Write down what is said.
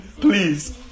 Please